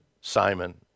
Simon